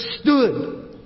stood